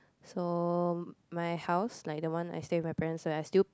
so my house like the one I stay with my parents where I still